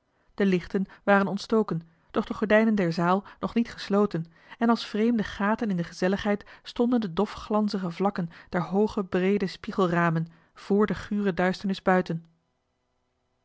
de lichten waren ontstoken doch de gordijnen der zalen nog niet gesloten en als vreemde gaten in de gezelligheid stonden de dofglanzige vakken der hooge breede spiegelramen vr de gure duisternis buiten